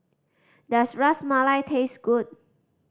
does Ras Malai taste good